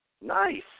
Nice